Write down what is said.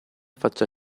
faccia